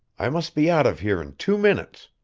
i must be out of here in two minutes.